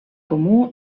comú